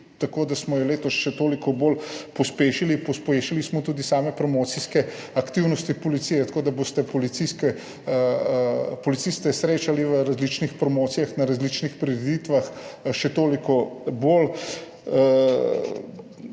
tako da smo jo letos še toliko bolj pospešili, pospešili smo tudi same promocijske aktivnosti policije, tako da boste policiste srečali na različnih promocijah, različnih prireditvah, tudi na